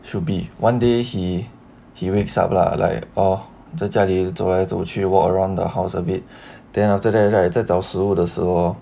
should be one day he he wakes up lah like oh 在家里走来走去 walk around the house a bit then after that right 在找食物的时候 hor